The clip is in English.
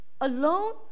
alone